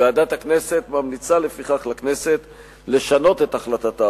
ועדת הכנסת ממליצה לכנסת לשנות החלטתה